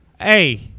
Hey